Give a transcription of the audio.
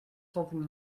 something